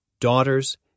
daughters